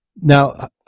Now